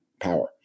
power